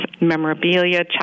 memorabilia